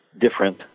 different